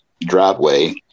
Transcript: driveway